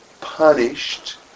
punished